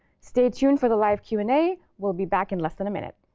stay tuned for the live q and a. we'll be back in less than a minute.